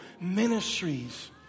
ministries